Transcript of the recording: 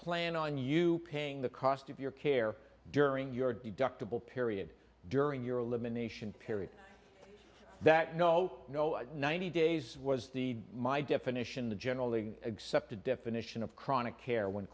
plan on you paying the cost of your care during your deductible period during your elimination period that know no ninety days was the my definition the generally accepted definition of chronic care when